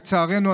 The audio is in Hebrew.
לצערנו,